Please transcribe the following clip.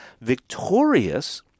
victorious